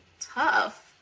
tough